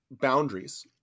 boundaries